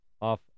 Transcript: off